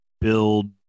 build